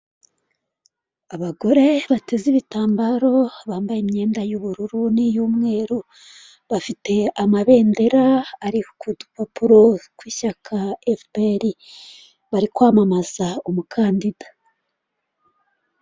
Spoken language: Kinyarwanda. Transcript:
Abagore bateze ibitambaro bambaye imyenda y'ubururu niy'umweru, bafite amabendera ari kupapuro kw'ishyaka efuperi, bari kwamamaza umukandida.